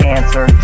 Answer